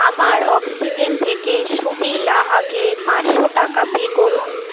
আমার অক্সিজেন থেকে সুবীর লাহাকে পাঁচশো টাকা পে করুন